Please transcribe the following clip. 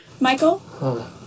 Michael